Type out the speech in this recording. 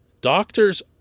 Doctors